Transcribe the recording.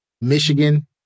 Michigan